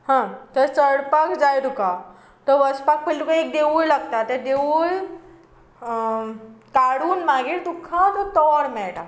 हां थंय चडपाक जाय तुका थंय वचपाक पयलीं तुका एक देवूळ लागता तें देवूळ काडून मागीर तुका तें टॉवर मेळटा